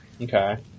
Okay